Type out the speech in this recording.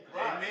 Amen